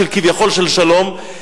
כביכול של שלום,